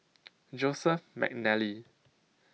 Joseph Mcnally